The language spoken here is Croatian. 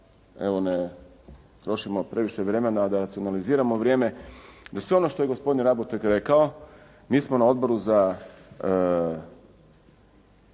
evo ne trošimo previše vremena, da racionaliziramo vrijeme, da sve ono što je gospodin Rabotek rekao, mi smo na Odboru za